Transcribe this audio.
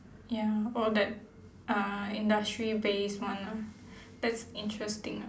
ya or that uh industry based one ah that's interesting ah